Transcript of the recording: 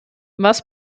was